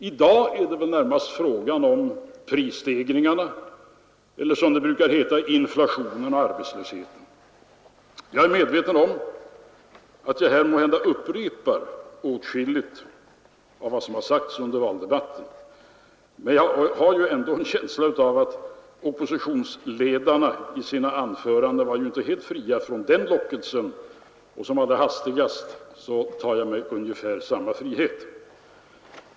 I dag är det närmast fråga om prisstegringarna eller, som det brukar heta, inflationen och arbetslösheten. Jag är medveten om att jag måhända upprepar åtskilligt av vad som har sagts under valdebatten, men jag har en känsla av att oppositionsledarna i sina anföranden inte helt kunde låta bli att falla för den lockelsen, och som allra hastigast tar jag mig ungefär samma frihet.